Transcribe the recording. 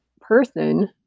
person